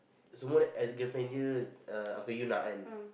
so err